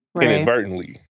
inadvertently